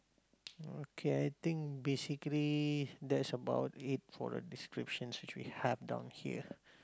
okay I think basically that's about it for the description which we have down here